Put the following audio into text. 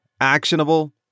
Actionable